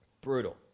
Brutal